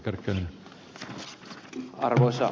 arvoisa puhemies